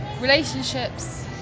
relationships